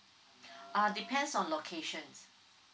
uh depends on locations